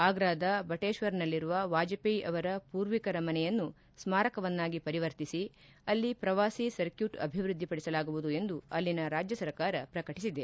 ಆಗ್ರಾದ ಬಟೇಶ್ವರ್ನಲ್ಲಿರುವ ವಾಜಪೇಯಿ ಅವರ ಪೂರ್ವಿಕರ ಮನೆಯನ್ನು ಸ್ನಾರಕವನ್ನಾಗಿ ಪರಿವರ್ತಿಸಿ ಅಲ್ಲಿ ಪ್ರವಾಸಿ ಸರ್ಕ್ಚೂಟ್ ಅಭಿವೃದ್ದಿ ಪಡಿಸಲಾಗುವುದು ಎಂದು ಅಲ್ಲಿನ ರಾಜ್ಯ ಸರ್ಕಾರ ಪ್ರಕಟಿಸಿದೆ